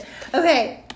okay